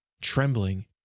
trembling